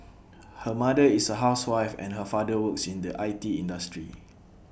her mother is A housewife and her father works in the I T industry